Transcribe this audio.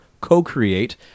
co-create